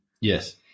Yes